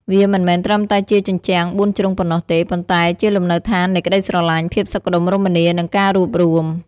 វាមិនមែនត្រឹមតែជាជញ្ជាំងបួនជ្រុងប៉ុណ្ណោះទេ ប៉ុន្តែជាលំនៅដ្ឋាននៃក្ដីស្រឡាញ់ ភាពសុខដុមរមនា និងការរួបរួម។